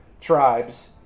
tribes